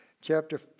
Chapter